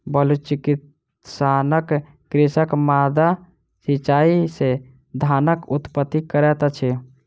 बलुचिस्तानक कृषक माद्दा सिचाई से धानक उत्पत्ति करैत अछि